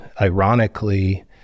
Ironically